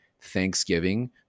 Thanksgiving